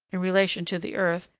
in relation to the earth,